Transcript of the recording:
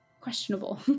questionable